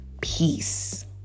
peace